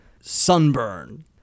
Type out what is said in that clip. Sunburn